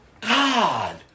God